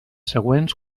següents